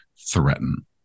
threaten